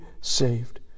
saved